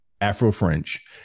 Afro-French